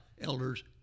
elders